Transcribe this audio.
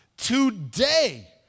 Today